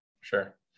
sure